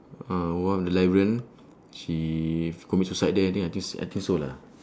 ah one of the librarian she commit suicide there I think I think s~ I think so lah